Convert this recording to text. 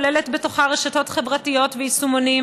הכוללת בתוכה רשתות חברתיות ויישומונים